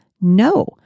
no